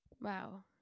wow